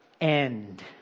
end